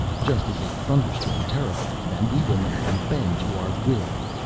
just as a thunderstorm terrifies them, we will make them bend to our will!